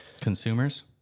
consumers